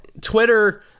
Twitter